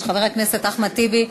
חבר הכנסת אחמד טיבי,